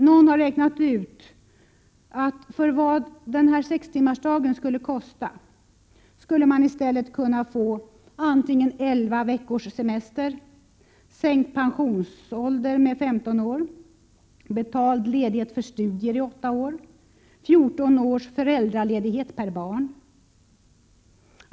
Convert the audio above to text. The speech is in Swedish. Någon har räknat ut att för vad denna sextimmarsdag skulle kosta skulle man i stället kunna få antingen 11 veckors semester, sänkt pensionsålder med 15 år, betald ledighet för studier i 8 år eller 14 års föräldraledighet per barn.